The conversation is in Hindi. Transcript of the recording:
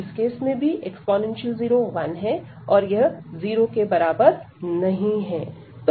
इस केस में भी e0 1 है और यह 0 के बराबर नहीं है